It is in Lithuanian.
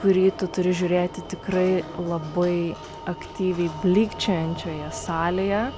kurį tu turi žiūrėti tikrai labai aktyviai blykčiojančioje salėje